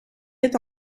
est